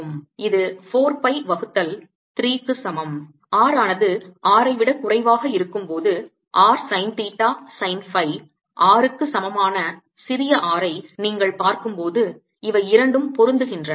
இது 4 pi வகுத்தல் 3 க்கு சமம் r ஆனது R ஐ விட குறைவாக இருக்கும்போது r sine theta sine phi R க்கு சமமான சிறிய r ஐ நீங்கள் பார்க்கும்போது இவை இரண்டும் பொருந்துகின்றன